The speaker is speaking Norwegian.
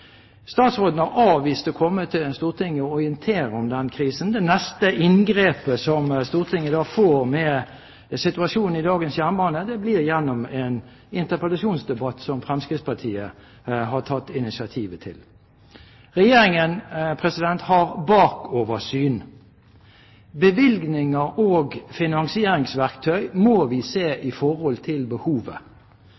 Statsråden har avvist å komme til Stortinget og orientere om den krisen. Det neste inngrepet som Stortinget da får med situasjonen i dagens jernbane, blir gjennom en interpellasjonsdebatt som Fremskrittspartiet har tatt initiativet til. Regjeringen har bakoversyn. Bevilgninger og finansieringsverktøy må vi se